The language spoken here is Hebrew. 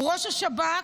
ראש השב"כ,